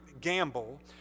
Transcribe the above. Gamble